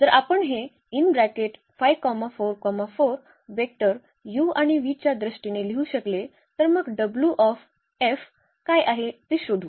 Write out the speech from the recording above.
जर आपण हे वेक्टर u आणि v च्या दृष्टीने लिहू शकले तर मग w ऑफ F काय आहे ते शोधू